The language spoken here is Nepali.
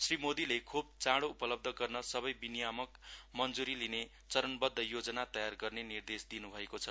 श्री मोदीले खोप चाँडो उपलब्ध गर्न सबै विनियामक मञ्जुरी लिने चरणबद्ध योजना तयार गर्ने निर्देश दिनुभएको छ